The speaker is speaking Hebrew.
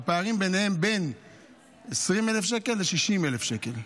הפערים ביניהם הם בין 20,000 שקל ל-60,000 שקל.